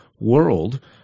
world